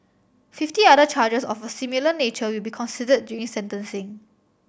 fifty other charges of a similar nature will be considered during sentencing